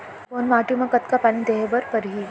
कोन माटी म कतका पानी देहे बर परहि?